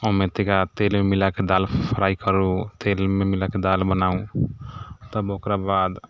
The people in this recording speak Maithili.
ओहिमे तनिका तेल मिलाके दालि फ्राइ करू तेलमे मिलाके दालि बनाउ तब ओकरा बाद